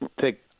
take